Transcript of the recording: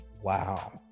wow